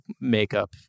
makeup